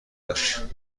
داشت